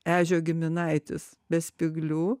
ežio giminaitis be spyglių